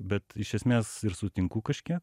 bet iš esmės sutinku kažkiek